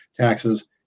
taxes